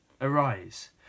Arise